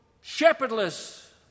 shepherdless